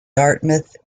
dartmouth